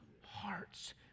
hearts